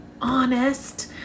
honest